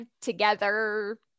together